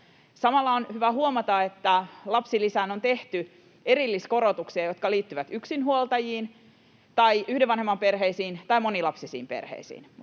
Samalla on hyvä huomata, että lapsilisään on tehty erilliskorotuksia, jotka liittyvät yksinhuoltajiin tai yhden vanhemman perheisiin tai monilapsisiin perheisiin.